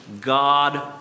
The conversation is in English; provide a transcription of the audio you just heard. God